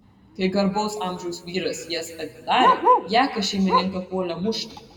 kai garbaus amžiaus vyras jas atidarė jakas šeimininką puolė mušti